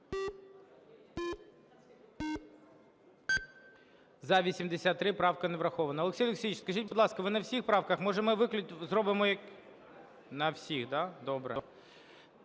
За-83 Правка не врахована. Олексій Олексійович, скажіть, будь ласка, ви на всіх правках…, може, ми зробимо… На всіх, да? Добре.